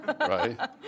right